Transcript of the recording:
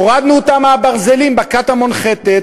הורדנו אותם מהברזלים בקטמון ח'-ט',